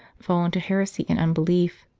fall into heresy and unbelief.